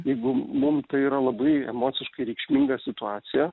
jeigu mum tai yra labai emociškai reikšminga situacija